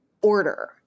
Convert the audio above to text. order